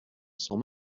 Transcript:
sans